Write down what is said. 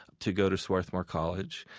to go to swarthmore college.